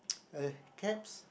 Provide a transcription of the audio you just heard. a caps